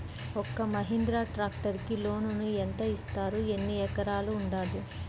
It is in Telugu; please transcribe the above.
ఒక్క మహీంద్రా ట్రాక్టర్కి లోనును యెంత ఇస్తారు? ఎన్ని ఎకరాలు ఉండాలి?